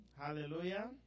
Hallelujah